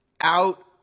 out